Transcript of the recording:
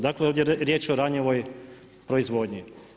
Dakle, ovdje je riječ o ranjavoj proizvodnji.